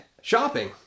shopping